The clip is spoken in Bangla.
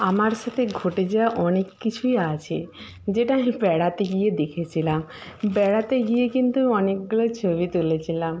আমার সাথে ঘটে যাওয়া অনেক কিছুই আছে যেটা আমি বেড়াতে গিয়ে দেখেছিলাম বেড়াতে গিয়ে কিন্তু অনেকগুলো ছবি তুলেছিলাম